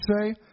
say